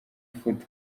food